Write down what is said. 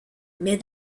mais